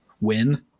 win